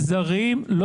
אני לא נגד עובדים זרים,